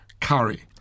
curry